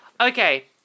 Okay